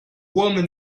woman